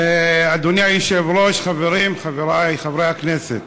אדוני היושב-ראש, חברים, חברי חברי הכנסת,